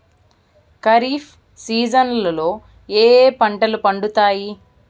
ఖరీఫ్ సీజన్లలో ఏ ఏ పంటలు పండుతాయి